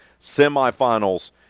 semifinals